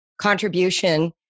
contribution